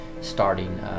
starting